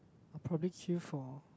I will probably queue for